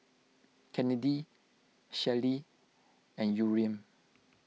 Kennedy Shelli and Yurem